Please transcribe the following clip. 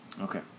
Okay